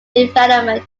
development